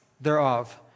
thereof